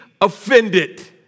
offended